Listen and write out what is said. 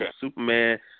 Superman